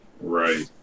Right